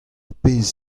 pezh